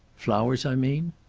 flowers, i mean.